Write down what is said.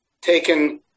taken